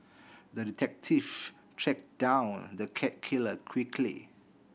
the detective tracked down the cat killer quickly